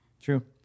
True